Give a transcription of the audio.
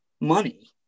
money